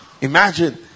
Imagine